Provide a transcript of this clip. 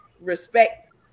respect